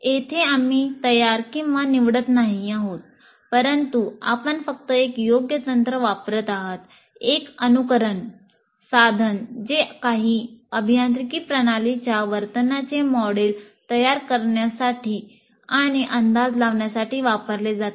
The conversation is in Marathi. येथे आम्ही तयार किंवा निवडत नाही आहोत परंतु आपण फक्त एक योग्य तंत्र वापरत आहात एक अनुकरण साधन जे काही अभियांत्रिकी प्रणालीच्या वर्तनाचे मॉडेल तयार करण्यासाठी आणि अंदाज लावण्यासाठी वापरले जाते